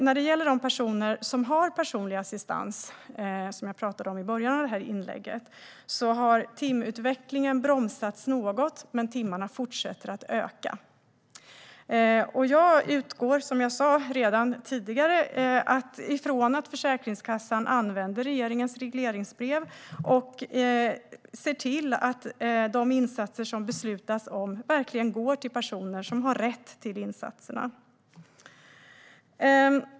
När det gäller de personer som har personlig assistans, som jag talade om i början av det här inlägget, har timutvecklingen bromsats något, men antalet timmar fortsätter att öka. Jag utgår som jag tidigare sa från att Försäkringskassan använder regeringens regleringsbrev och ser till att de insatser som beslutas om verkligen går till personer som har rätt till insatserna.